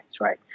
right